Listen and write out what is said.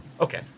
Okay